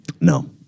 no